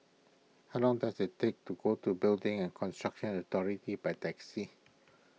how long does it take to go to Building and Construction Authority by taxi